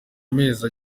amezi